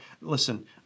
listen